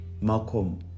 Malcolm